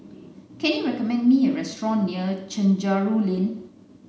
can you recommend me a restaurant near Chencharu Lane